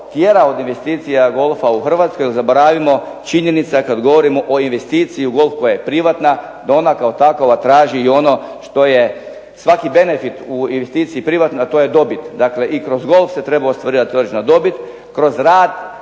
tjera od investicija golfa u Hrvatskoj, jer zaboravimo činjenica je kad govorimo o investiciji u golf koja je privatna, da ona kao takova traži i ono što je svaki benefit u investiciji privatnoj a to je dobit, dakle i kroz golf se treba ostvarivati određena dobit, kroz rad